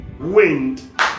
wind